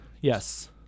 Yes